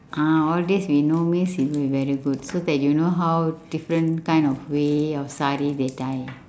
ah all these we know means you'll be very good so that you know how different kind of way of sari they tie